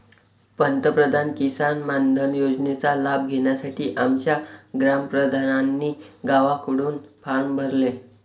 पंतप्रधान किसान मानधन योजनेचा लाभ घेण्यासाठी आमच्या ग्राम प्रधानांनी गावकऱ्यांकडून फॉर्म भरले